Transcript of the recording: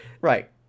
Right